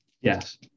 Yes